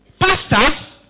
Pastors